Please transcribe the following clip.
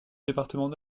département